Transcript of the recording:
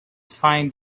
find